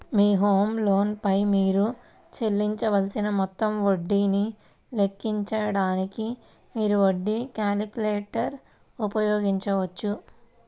మీ home loan పై మీరు చెల్లించవలసిన మొత్తం వడ్డీని లెక్కించడానికి, మీరు వడ్డీ క్యాలిక్యులేటర్ ఉపయోగించవచ్చు